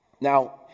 Now